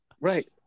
Right